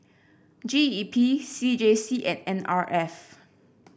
G E P C J C and N R F